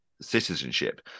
citizenship